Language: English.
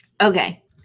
Okay